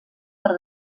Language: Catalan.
per